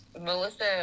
Melissa